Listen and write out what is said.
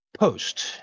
Post